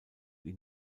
ihn